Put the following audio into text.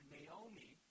Naomi